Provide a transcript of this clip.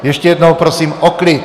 Ještě jednou prosím o klid!